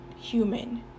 human